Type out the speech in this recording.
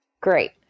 great